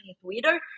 Twitter